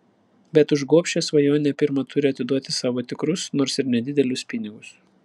bet už gobšią svajonę pirma turi atiduoti savo tikrus nors ir nedidelius pinigus